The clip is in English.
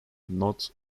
not